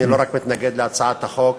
אני לא רק מתנגד להצעת החוק.